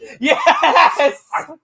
Yes